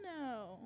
no